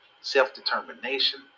self-determination